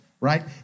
right